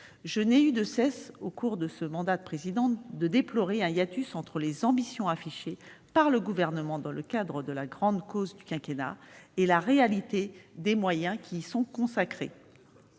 Je n'ai eu de cesse, au cours de mon mandat de présidente, que de déplorer le hiatus existant entre les ambitions affichées par le Gouvernement, dans le cadre de la « grande cause du quinquennat », et la réalité des moyens qui y sont consacrés.